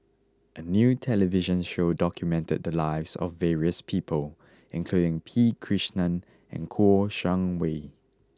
a new television show documented the lives of various people including P Krishnan and Kouo Shang Wei